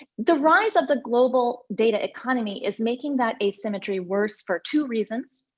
the rise of the global data economy is making that asymmetry worse for two reasons.